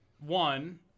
one